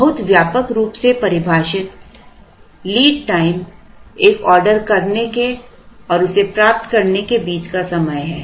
बहुत व्यापक रूप से परिभाषित लीड टाइम एक ऑर्डर करने के और इसे प्राप्त करने के बीच का समय है